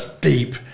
deep